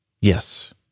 Yes